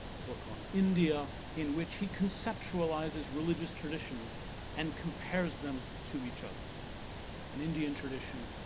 a book on india in which he conceptualizes religious traditions and compares them to each other an indian tradition,